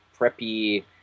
preppy